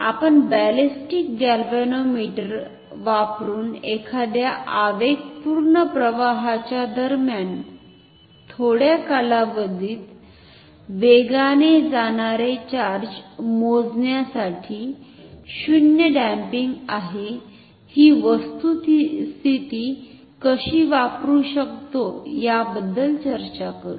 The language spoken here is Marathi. आपण बॅलिस्टिक गॅल्व्हनोमीटर वापरुन एखाद्या आवेगपूर्ण प्रवाहाच्या दरम्यान थोड्या कालावधीत वेगाने जाणारे चार्ज मोजण्यासाठी 0 डम्पिंग आहे ही वस्तुस्थिती कशी वापरू शकतो याबद्दल चर्चा करू